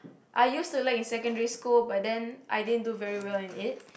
I used to like in the secondary school but then I didn't do very well in it